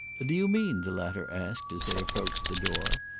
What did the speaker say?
do you mean, the latter asked as they approached the door,